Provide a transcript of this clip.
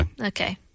Okay